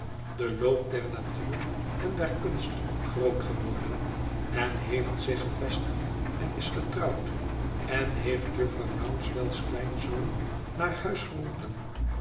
den loop der natuur en der kunst groot geworden en heeft zich gevestigd en is getrouwd en heeft jufvrouw rouncewell's kleinzoon naar huis geroepen